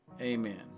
Amen